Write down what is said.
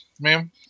ma'am